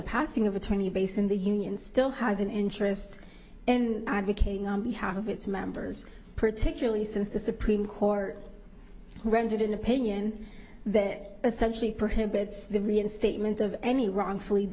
the passing of attorney base in the union still has an interest and advocating on behalf of its members particularly since the supreme court rendered an opinion that essentially perhaps it's the reinstatement of any wrongfully